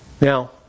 Now